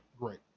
great